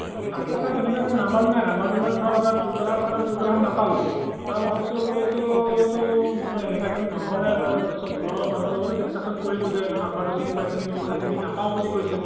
তাকে ছাৰ তেনেকৈ মোৰ নাম্বাৰটো নাই নাম্বাৰটো মই ধৰক আপোনাৰ ট্ৰুকলাৰত চালোঁ ট্ৰুকলাৰত নাপালোঁয়ে তাৰপৰা মই ভাবিছোঁ বোলো এইটোতো মোৰ এনেকুৱা কোনো নম্বৰ নাই তাৰপিছত ঘৰৰ মানুহৰ লগতো ডিস্কাশ্যন কৰিলোঁ যে এইটো নম্বাৰটো চিনি পাইছে নেকি কৈছে চিনি নাপাওঁ বুলি কৈছে